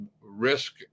risk